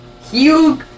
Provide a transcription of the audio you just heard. huge